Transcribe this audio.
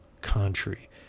country